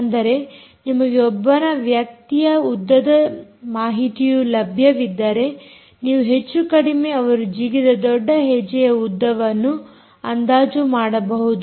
ಅಂದರೆ ನಿಮಗೆ ಒಬ್ಬನ ವೈಯಕ್ತಿತ ಉದ್ದದ ಮಾಹಿತಿಯು ಲಭ್ಯವಿದ್ದರೆ ನೀವು ಹೆಚ್ಚು ಕಡಿಮೆ ಅವರು ಜಿಗಿದ ದೊಡ್ಡ ಹೆಜ್ಜೆಯ ಉದ್ದವನ್ನು ಅಂದಾಜು ಮಾಡಬಹುದು